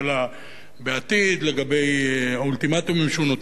בעתיד, לגבי האולטימטומים שהוא נותן לארצות-הברית.